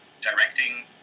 directing